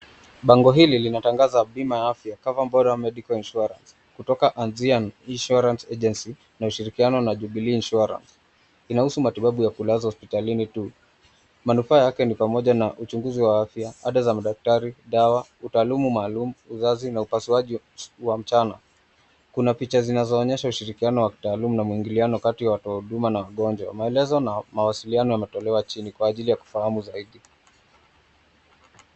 Bango hili linatangaza bima ya afya cover bora ya medical insurance . Kutoka Anzian Insurance Agency na ushirikiano na Jubilee Insurance . Inahusu matibabu ya kulaza hospitalini tu. Manufaa yake ni pamoja na uchunguzi wa afya, ada za madaktari, dawa, utaalamu maalum, uzazi na upasuaji wa mchana. Kuna picha zinazoonyesha ushirikiano wa kitaalamu na mwingiliano kati ya watoa huduma na wagonjwa. Maelezo na mawasiliano yametolewa chini kwa ajili ya kufahamu zaidi.